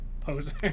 posing